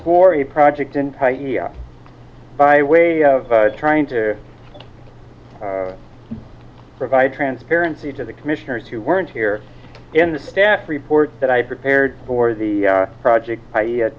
for a project and by way of trying to provide transparency to the commissioners who weren't here in the staff report that i had prepared for the project